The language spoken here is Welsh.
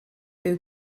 byw